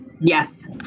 Yes